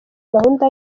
gahunda